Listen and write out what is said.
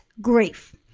grief